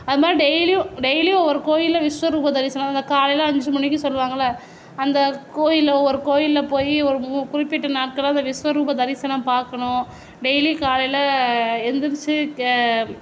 அந்த மாதிரி டெய்லியும் டெய்லியும் ஒவ்வொரு கோயிலில் விஸ்வரூப தரிசனம் அந்த காலையில் அஞ்சு மணிக்கு சொல்லுவாங்களே அந்த கோயிலில் ஒரு கோயிலில் போய் ஒரு குறிப்பிட்ட நேரத்தில் அந்த விஸ்வரூப தரிசனம் பார்க்கணும் டெய்லியும் காலையில் எழுந்திரிச்சி